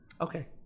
Okay